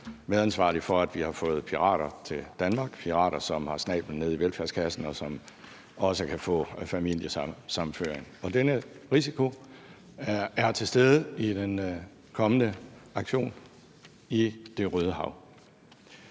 medansvarlige for, at vi har fået pirater til Danmark – pirater, som har snablen nede i velfærdskassen, og som også kan få familiesammenføring. Og denne risiko er til stede i den kommende aktion i Det Røde Hav.